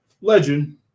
legend